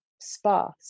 sparse